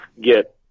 get